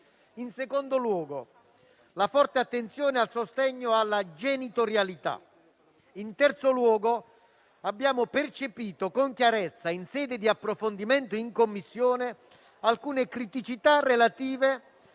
in secondo luogo, la forte attenzione al sostegno alla genitorialità; in terzo luogo, abbiamo percepito con chiarezza, in sede di approfondimento in Commissione, alcune criticità relative